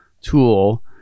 tool